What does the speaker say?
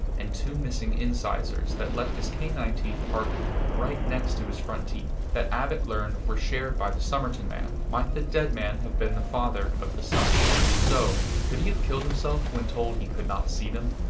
and two missing incisors that left his canine teeth parked right next to his two front teeth that abbott learned were shared by the somerton man. might the dead man have been the father of the son? if so, could he have killed himself when told he could not see them?